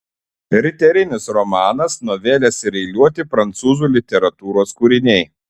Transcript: riterinis romanas novelės ir eiliuoti prancūzų literatūros kūriniai